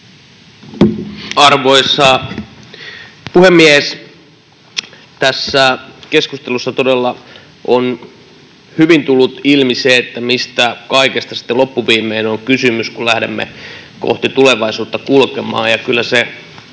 Arvoisa puhemies! Tässä keskustelussa todella on hyvin tullut ilmi se, mistä kaikesta sitten loppuviimein on kysymys, kun lähdemme kohti tulevaisuutta kulkemaan,